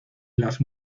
las